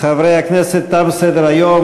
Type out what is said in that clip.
חברי הכנסת, תם סדר-היום.